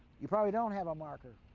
you probably don't have a marker.